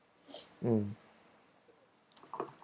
mm